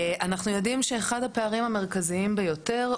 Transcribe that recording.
אנחנו יודעים שאחד מהפערים המרכזיים ביותר,